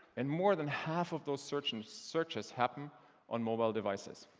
and more than half of those searches searches happen on mobile devices.